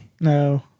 No